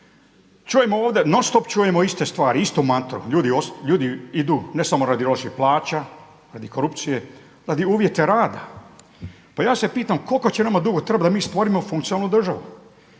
Čujemo ovdje, non stop čujemo iste stvari, istu mantru. Ljudi idu ne samo radi loših plaća, radi korupcije, radi uvjeta rada. Pa ja se pitam koliko će nama dugo trebati da mi stvorimo funkcionalnu državu?